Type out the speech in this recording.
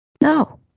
No